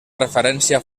referència